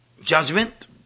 judgment